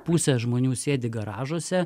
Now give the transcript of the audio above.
pusė žmonių sėdi garažuose